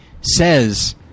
says